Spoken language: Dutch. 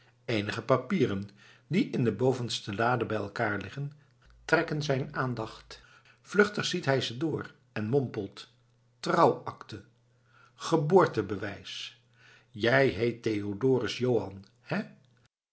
eenige papieren die in de bovenste lade bij elkander liggen trekken zijn aandacht vluchtig ziet hij ze door en mompelt trouwakte geboortebewijs jij heet theodorus johan hé